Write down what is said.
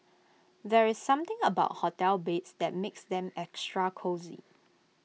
there's something about hotel beds that makes them extra cosy